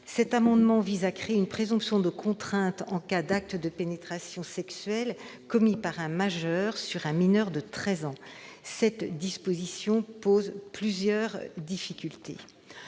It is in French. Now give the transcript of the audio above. et 105, qui visent à créer une présomption de contrainte en cas d'acte de pénétration sexuelle commis par un majeur sur un mineur de treize ans. Cette disposition pose plusieurs difficultés.